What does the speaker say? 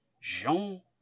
Jean